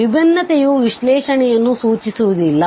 ವಿಭಿನ್ನತೆಯು ವಿಶ್ಲೇಷಣೆಯನ್ನು ಸೂಚಿಸುವುದಿಲ್ಲ